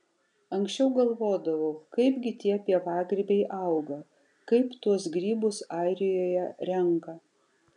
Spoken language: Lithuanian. anksčiau galvodavau kaipgi tie pievagrybiai auga kaip tuos grybus airijoje renka